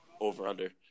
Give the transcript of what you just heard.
over-under